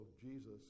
Jesus